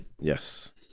Yes